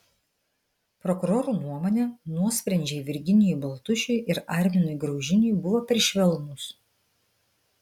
prokurorų nuomone nuosprendžiai virginijui baltušiui ir arminui graužiniui buvo per švelnūs